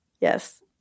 Yes